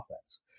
offense